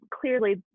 clearly